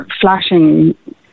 flashing